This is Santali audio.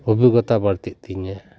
ᱚᱵᱷᱤᱜᱽᱜᱚᱛᱟ ᱵᱟᱹᱲᱛᱤᱜ ᱛᱤᱧᱟᱹ